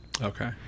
Okay